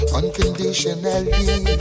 unconditionally